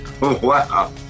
Wow